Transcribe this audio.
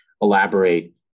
elaborate